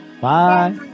bye